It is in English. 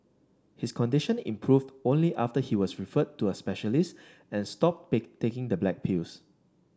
his condition improved only after he was referred to a specialist and stopped bake taking the black pills